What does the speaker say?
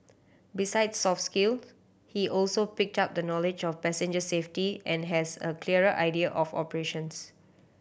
besides soft skills he also picked up the knowledge of passenger safety and has a clearer idea of operations